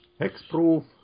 Hexproof